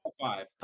Five